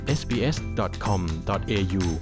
sbs.com.au